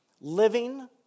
living